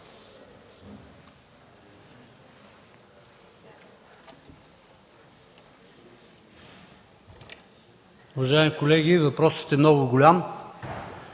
Уважаеми колеги, въпросът е много голям.